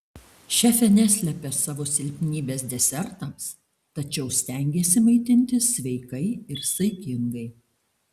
šefė neslepia savo silpnybės desertams tačiau stengiasi maitintis sveikai ir saikingai